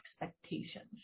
expectations